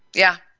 yeah.